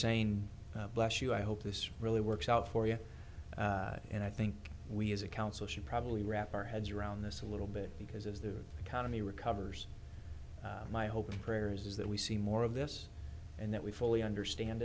saying bless you i hope this really works out for you and i think we as a council should probably wrap our heads around this a little bit because as the economy recovers my hope and prayer is that we see more of this and that we fully understand